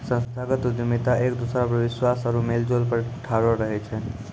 संस्थागत उद्यमिता एक दोसरा पर विश्वास आरु मेलजोल पर ठाढ़ो रहै छै